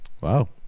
Wow